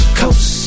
coast